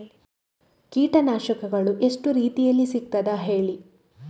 ಕೀಟನಾಶಕಗಳು ಎಷ್ಟು ರೀತಿಯಲ್ಲಿ ಸಿಗ್ತದ ಹೇಳಿ